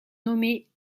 nommés